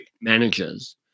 managers